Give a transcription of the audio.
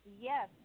yes